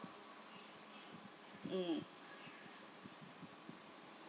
mm